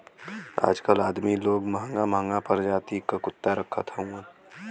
आजकल अदमी लोग महंगा महंगा परजाति क कुत्ता रखत हउवन